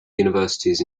universities